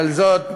אבל זאת,